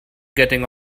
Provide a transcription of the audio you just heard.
getting